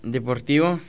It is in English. Deportivo